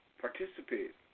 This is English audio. participate